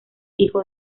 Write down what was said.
hijo